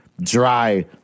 dry